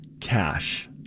cash